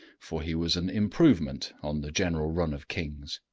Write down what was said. for he was an improvement on the general run of kings.